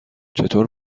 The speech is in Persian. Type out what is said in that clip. چطور